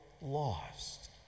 lost